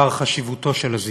בדבר חשיבותו של הזיכרון,